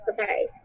okay